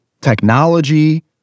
technology